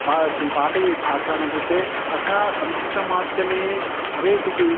बा चुं पाठयेत् छात्राणां कृते तथा संस्कृतमाध्यमे भवेत् इति